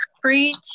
Preach